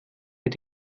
mit